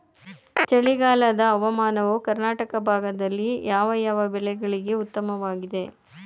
ಚಳಿಗಾಲದ ಹವಾಮಾನವು ಕರ್ನಾಟಕದ ಭಾಗದಲ್ಲಿ ಯಾವ್ಯಾವ ಬೆಳೆಗಳಿಗೆ ಉತ್ತಮವಾಗಿದೆ?